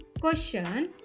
Question